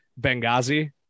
benghazi